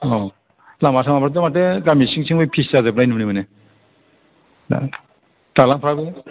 औ लामा सामाफ्रा माथो गामि सिं सिंबो फिस जाजोबनाय नुनो मोनो दा दालांफ्राबो